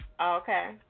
Okay